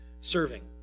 Serving